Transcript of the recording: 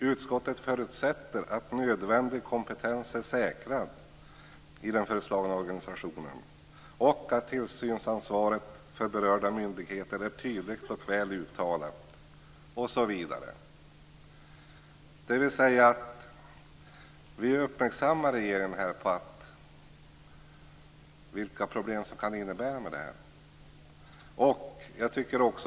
Utskottet förutsätter att nödvändig kompetens är säkrad i den föreslagna organisationen och att tillsynsansvaret för berörda myndigheter är tydligt och väl uttalat" osv. Vi uppmärksammar här regeringen på vilka problem detta kan innebära.